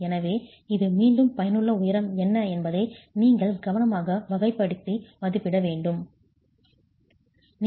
எனவே இது மீண்டும் பயனுள்ள உயரம் என்ன என்பதை நீங்கள் கவனமாக வகைப்படுத்தி மதிப்பிட முடியும்